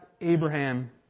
Abraham